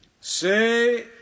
Say